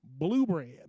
Bluebrand